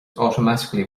automatically